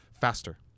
faster